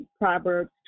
Proverbs